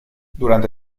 durante